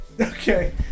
Okay